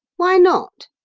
why not?